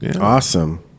Awesome